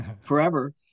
forever